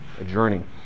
Adjourning